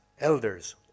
elders